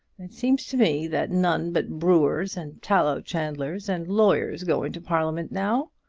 it seems to me that none but brewers, and tallow-chandlers, and lawyers go into parliament now.